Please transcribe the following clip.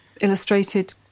illustrated